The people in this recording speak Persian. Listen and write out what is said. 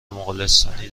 مغولستانی